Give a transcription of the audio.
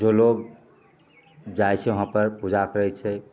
जो लोग जाइत छै वहाँ पर पूजा करैत छै